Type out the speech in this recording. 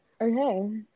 Okay